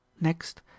next